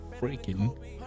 freaking